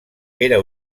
era